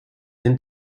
sind